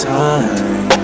time